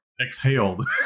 exhaled